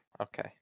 okay